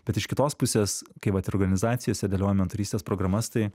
bet iš kitos pusės kai vat ir organizacijose dėliojam mentorystės programas tai